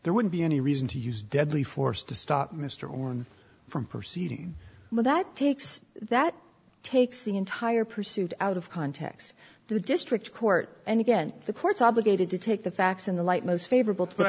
there wouldn't be any reason to use deadly force to stop mr horn from proceeding but that takes that takes the entire pursuit out of context the district court and again the courts obligated to take the facts in the light most favor